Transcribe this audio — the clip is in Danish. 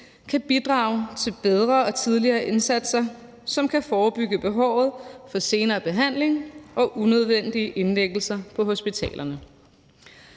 kan bidrage til bedre og tidligere indsatser, som kan forebygge behovet for senere behandling og unødvendige indlæggelser på hospitalerne.